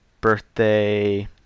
birthday